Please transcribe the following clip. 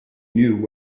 knew